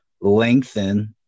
lengthen